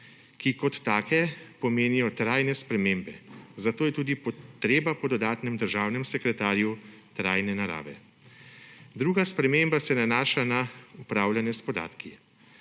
ki kot take pomenijo trajne spremembe, zato je tudi potreba po dodatnem državnem sekretarju trajne narave. Druga sprememba se nanaša na upravljanja s podatki.